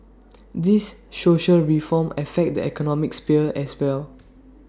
these social reforms affect the economic sphere as well